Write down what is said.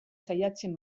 saiatzen